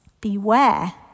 Beware